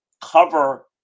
cover